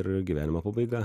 ir gyvenimo pabaiga